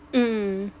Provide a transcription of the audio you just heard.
mm